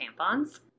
tampons